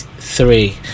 Three